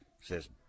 says